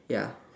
ya